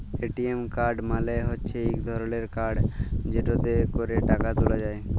ATM card মালে হচ্যে ইক ধরলের কাড় যেটতে ক্যরে টাকা ত্যুলা যায়